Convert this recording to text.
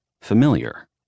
Familiar